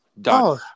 Done